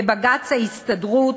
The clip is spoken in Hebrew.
בבג"ץ ההסתדרות,